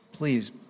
Please